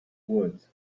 woods